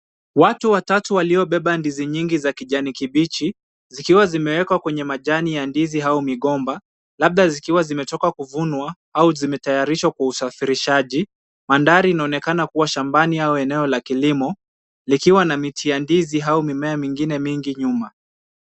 Watu watatu waliobeba ndizi nyingi za kijani kibichi, zikiwa zimewekwa kwenye majani ya ndizi au migomba labda zikiwa zimetoka kuvunwa au zimetayarishwa kwa usafirishaji. Mandhari inaonekana kuwa shambani au eneo la kilimo likiwa na miti ya ndizi au mimea mingine mingi nyuma.